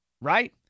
right